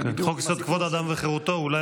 חוק-יסוד: כבוד האדם וחירותו הוא אולי